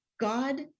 God